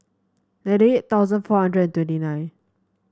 ninety eight thousand four hundred and twenty nine